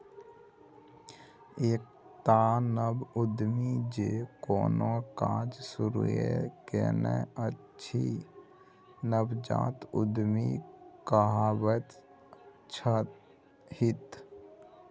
एकटा नव उद्यमी जे कोनो काज शुरूए केने अछि नवजात उद्यमी कहाबैत छथि